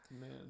man